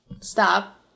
Stop